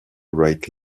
write